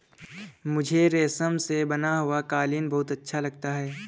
मुझे रेशम से बना हुआ कालीन बहुत अच्छा लगता है